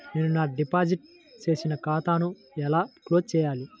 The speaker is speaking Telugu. నేను నా డిపాజిట్ చేసిన ఖాతాను ఎలా క్లోజ్ చేయాలి?